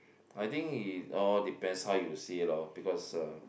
I think it all depends how you see it lor because uh